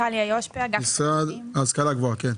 המשרד להשכלה גבוהה.